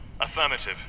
Affirmative